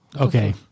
Okay